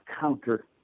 counter